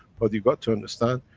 but you got to understand,